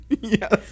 Yes